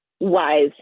wise